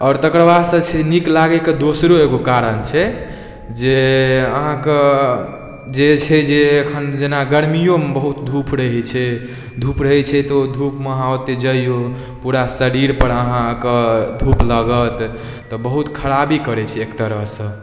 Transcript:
आओर तकर बाद छै से नीक लागैके दोसरो एगो कारण छै जे अहाँके जे छै जे एखन जेना गरमिओमे जेना बहुत धूप रहै छै धूप रहै छै तऽ धूपमे अहाँ ओतऽ जइऔ पूरा शरीरपर अहाँके धूप लागत तऽ बहुत खराबी करै छै एक तरहसँ